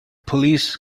police